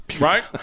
right